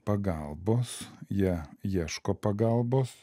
pagalbos jie ieško pagalbos